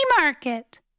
market